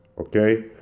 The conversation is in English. okay